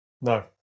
No